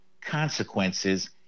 consequences